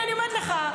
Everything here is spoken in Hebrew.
אני אומרת לך,